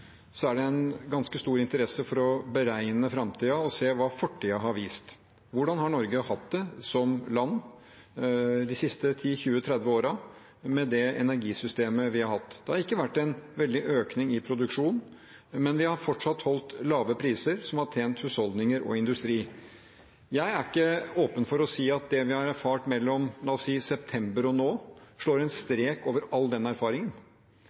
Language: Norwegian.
Så er det en ganske stor interesse for å beregne framtiden ved å se hva fortiden har vist. Hvordan har Norge hatt det som land de siste 10–30 årene med det energisystemet vi har hatt? Det har ikke vært en veldig økning i produksjonen, men vi har fortsatt holdt lave priser, som har tjent husholdninger og industri. Jeg er ikke åpen for å si at det vi har erfart mellom la oss si september og nå, slår en strek over all den erfaringen.